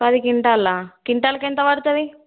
పది క్వింటాల్ కింటాల్కి ఎంత పడుతుంది